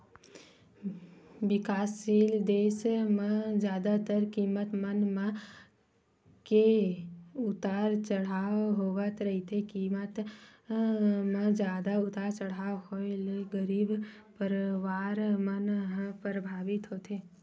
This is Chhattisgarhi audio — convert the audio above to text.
बिकाससील देस म जादातर कीमत मन म के उतार चड़हाव होवत रहिथे कीमत म जादा उतार चड़हाव होय ले गरीब परवार मन ह परभावित होथे